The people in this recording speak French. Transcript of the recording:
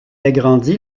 agrandit